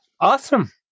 Awesome